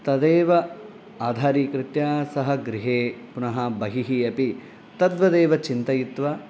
तदेव आधारिकृत्य सः गृहे पुनः बहिः अपि तद्वदेव चिन्तयित्वा